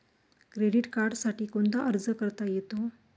Credit कार्डसाठी कोणाला अर्ज करता येतो?